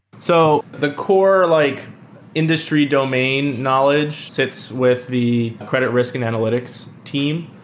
so the core like industry domain knowledge sits with the credit risk and analytics team.